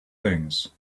things